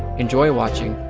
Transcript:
enjoy watching,